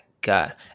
God